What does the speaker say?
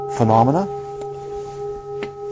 Phenomena